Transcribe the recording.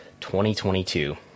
2022